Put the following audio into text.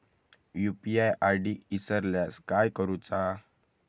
UPI ID इसरल्यास काय करुचा?